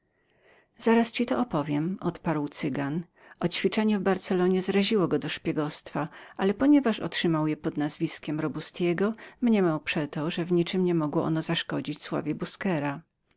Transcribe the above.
zaraz ci to opowiem odparł cygan o ćwiczenie w barcelonie zraziło go do szpiegostwa ale ponieważ otrzymał je pod nazwiskiem robustego mniemał przeto że w niczem nie mogło zaszkodzić sławie busquera